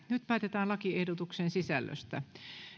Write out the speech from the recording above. nyt päätetään lakiehdotusten sisällöstä